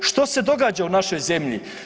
Što se događa u našoj zemlji?